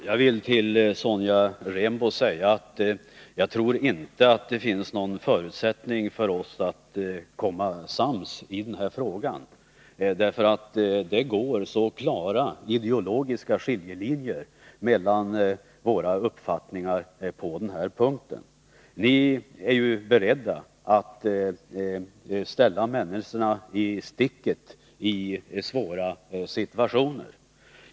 Herr talman! Jag vill till Sonja Rembo säga att jag inte tror att det finns någon förutsättning för oss att komma sams i den här frågan, eftersom det går så klara ideologiska skiljelinjer mellan våra uppfattningar på den här punkten. Ni är ju beredda att lämna människorna i sticket i svåra situationer.